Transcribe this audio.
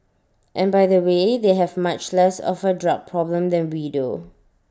and by the way they have much less of A drug problem than we do